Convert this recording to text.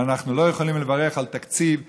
ואנחנו לא יכולים לברך על תקציב שרובו,